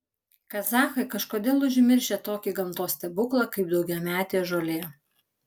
kazachai kažkodėl užmiršę tokį gamtos stebuklą kaip daugiametė žolė